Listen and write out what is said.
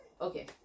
okay